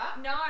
No